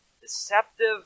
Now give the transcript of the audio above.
deceptive